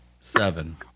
Seven